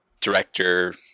director